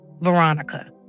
Veronica